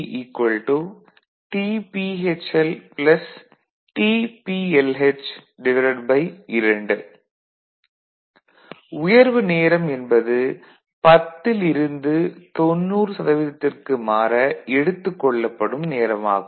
tPD tPHL tPLH2 உயர்வு நேரம் என்பது 10 ல் இருந்து 90 சதவீதத்திற்கு மாற எடுத்துக் கொள்ளப்படும் நேரம் ஆகும்